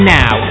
now